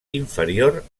inferior